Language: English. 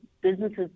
businesses